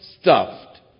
stuffed